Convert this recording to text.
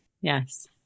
Yes